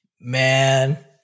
Man